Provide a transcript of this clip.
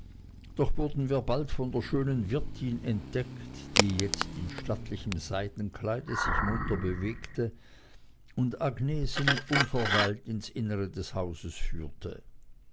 doch wurden wir bald von der schönen wirtin entdeckt die jetzt in stattlichem seidenkleide sich munter bewegte und agnesen unverweilt ins innere des hauses führte